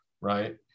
right